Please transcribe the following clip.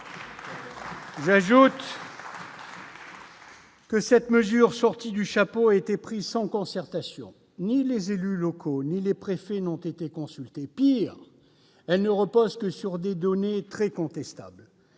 J'ajoute que cette mesure sortie du chapeau a été prise sans concertation : ni les élus locaux ni les préfets n'ont été consultés. Bien pis, elle ne repose que sur des données très contestables.